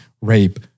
rape